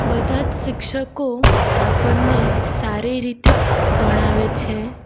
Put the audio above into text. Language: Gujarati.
બધા જ શિક્ષકો આપણને સારી રીતે જ ભણાવે છે